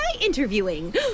interviewing